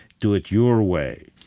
do it your way,